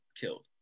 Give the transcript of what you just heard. killed